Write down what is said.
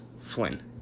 Flynn